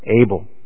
Abel